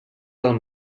del